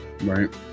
right